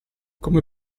come